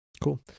cool